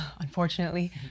unfortunately